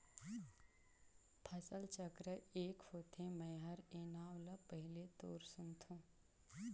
फसल चक्र ए क होथे? मै हर ए नांव ल पहिले तोर सुनथों